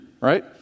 right